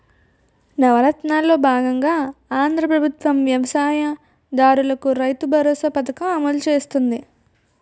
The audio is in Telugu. నవరత్నాలలో బాగంగా ఆంధ్రా ప్రభుత్వం వ్యవసాయ దారులకు రైతుబరోసా పథకం అమలు చేస్తుంది